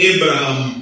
Abraham